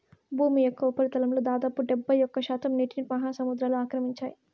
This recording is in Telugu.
భూమి యొక్క ఉపరితలంలో దాదాపు డెబ్బైఒక్క శాతం నీటిని మహాసముద్రాలు ఆక్రమించాయి